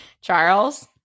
Charles